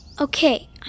Okay